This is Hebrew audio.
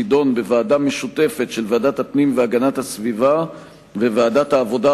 תידון בוועדה המשותפת של ועדת הפנים והגנת הסביבה וועדת העבודה,